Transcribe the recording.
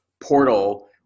portal –